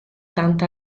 tanta